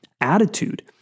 attitude